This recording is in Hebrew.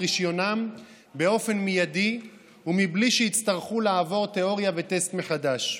רישיונם באופן מיידי ובלי שיצטרכו לעבור תיאורה וטסט מחדש,